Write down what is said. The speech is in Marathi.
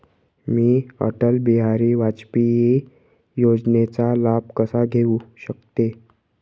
मी अटल बिहारी वाजपेयी योजनेचा लाभ कसा घेऊ शकते?